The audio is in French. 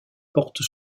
porte